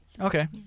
okay